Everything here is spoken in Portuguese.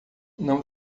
não